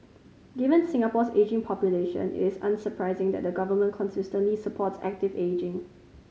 given Singapore's ageing population it is unsurprising that the government consistently supports active ageing